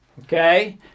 Okay